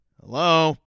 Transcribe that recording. Hello